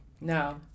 No